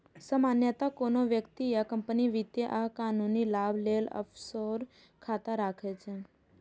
सामान्यतः कोनो व्यक्ति या कंपनी वित्तीय आ कानूनी लाभ लेल ऑफसोर खाता राखै छै